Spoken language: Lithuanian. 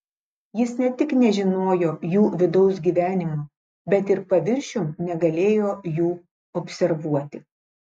jis ne tik nežinojo jų vidaus gyvenimo bet ir paviršium negalėjo jų observuoti